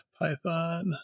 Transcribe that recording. python